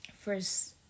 first